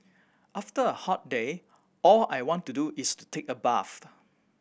after a hot day all I want to do is to take a bath